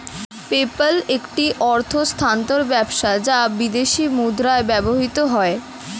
PayPal একটি অর্থ স্থানান্তর ব্যবস্থা যা বিদেশী মুদ্রায় ব্যবহৃত হয়